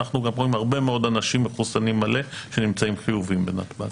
אנחנו רואים גם הרבה מאוד אנשים מחוסנים מלא שנמצאים חיוביים בנתב"ג.